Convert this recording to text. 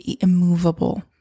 immovable